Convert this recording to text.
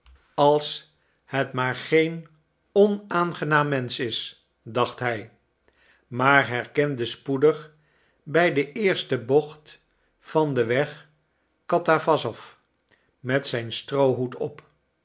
als het maar geen onaangenaam mensch is dacht hij maar herkende spoedig bij de eerste bocht van den weg katawassow met zijn stroohoed op